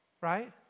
Right